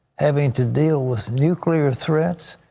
having to deal with nuclear threats,